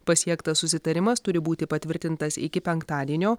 pasiektas susitarimas turi būti patvirtintas iki penktadienio